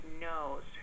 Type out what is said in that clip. knows